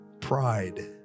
pride